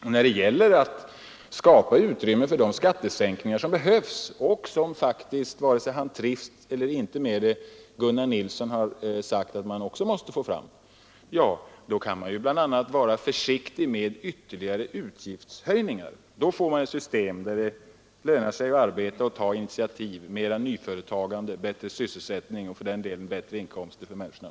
Och när det gäller att skapa utrymme för de skattesänkningar som behövs och som faktiskt Gunnar Nilsson — vare sig han trivs med det eller inte — har sagt att man också måste få fram, så kan man bl.a. vara försiktig med ytterligare utgiftshöjningar. Då får man ett system där det lönar sig att arbeta och ta initiativ, med mera nyföretagande och bättre sysselsättning och bättre inkomster för människorna.